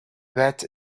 bet